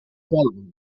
development